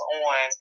on